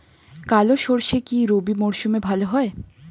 কালো সরষে কি রবি মরশুমে ভালো হয়?